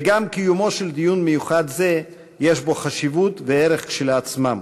וגם קיומו של דיון מיוחד זה יש בו חשיבות וערך כשלעצמם,